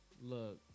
Look